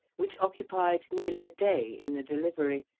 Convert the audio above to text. which occupied nearly a day in the delivery,